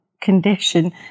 condition